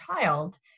child